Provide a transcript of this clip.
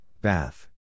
bath